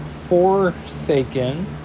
Forsaken